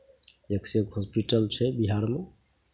एकसँ एक हॉस्पिटल छै बिहारमे